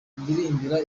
ndirimbira